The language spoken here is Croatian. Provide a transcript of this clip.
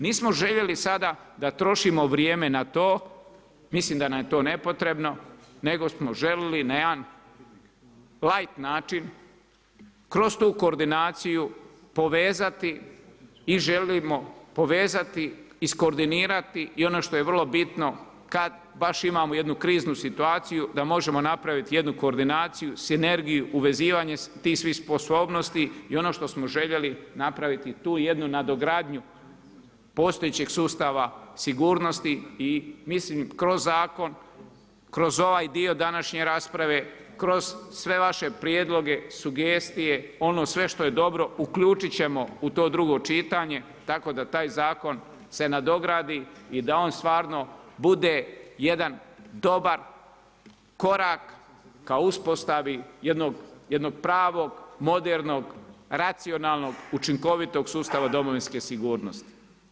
Nismo željeli sada da trošimo vrijeme na to, mislim da nam je to nepotrebno, nego smo željeli na jedan lajt način, kroz tu koordinaciju povezati i želimo povezati, iskordinirati i ono što je vrlo bitno kada baš imamo jednu kriznu situaciju, da možemo napraviti jednu koordinaciju sinergiju, uvezivanje tih svih sposobnosti i ono što smo željeli napraviti, tu jednu nadogradnju postojećeg sustava sigurnosti i mislim kroz zakon, kroz ovaj dio današnje rasprave, kroz sve vaše prijedloge, sugestije, ono sve što je dobro uključiti ćemo u to drugo čitanje, tako da taj zakon se nadogradi i da on stvarno bude jedna dobar korak ka uspostavi jednog pravog, modernog, racionalnog, učinkovitog sustava domovinske sigurnosti.